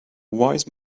wise